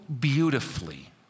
beautifully